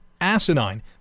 asinine